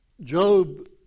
Job